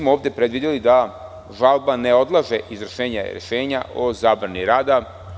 Ovde smo predvideli da žalba ne odlaže izvršenje rešenja o zabrani rada.